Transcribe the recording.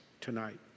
tonight